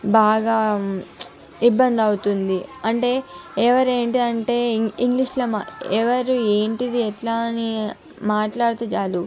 బాగా ఇబ్బంది అవుతుంది అంటే ఎవరు ఏంటంటే ఇంగ్లీషుల ఎవరు ఏంటి ఎట్లా అని మాట్లాడితే చాలు